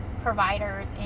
providers